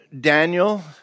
Daniel